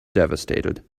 devastated